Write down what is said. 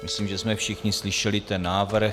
Myslím, že jsme všichni slyšeli návrh.